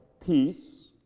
peace